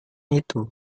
itu